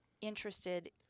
interested